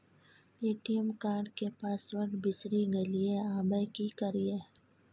ATM card के password बिसरि गेलियै आबय की करियै?